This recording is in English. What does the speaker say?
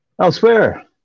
Elsewhere